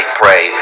pray